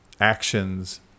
actions